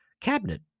cabinet